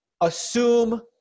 assume